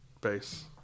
base